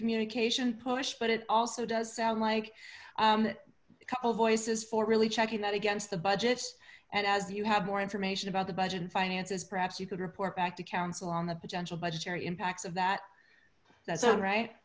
communication push but it also does sound like a couple voices for really checking that against the budget and as you have more information about the budget and finances perhaps you could report back to council on the potential budgetary impacts of that that's all right